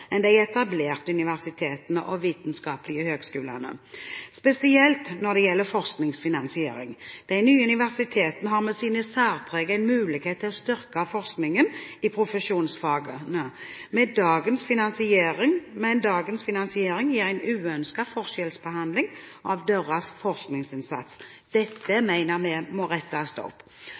enn de etablerte universitetene og vitenskapelige høyskolene, spesielt når det gjelder forskningsfinansiering. De nye universitetene har med sine særpreg en mulighet til å styrke forskningen i profesjonsfagene, men dagens finansiering gir en uønsket forskjellsbehandling av deres forskningsinnsats. Dette mener vi må rettes opp.